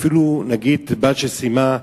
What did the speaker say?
אפילו, נגיד, בת שסיימה "בכיר"